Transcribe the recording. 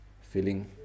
feeling